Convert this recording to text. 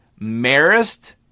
Marist